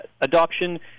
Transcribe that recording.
Adoption